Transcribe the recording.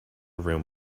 room